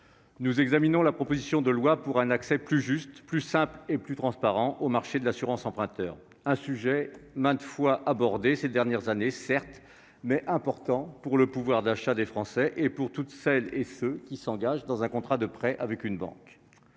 nous examinons la proposition de loi pour un accès plus juste, plus simple et plus transparent au marché de l'assurance emprunteur. Ce sujet a été maintes fois abordé ces dernières années, certes, mais il est important pour le pouvoir d'achat des Français et pour tous ceux qui s'engagent dans un contrat de prêt avec une banque.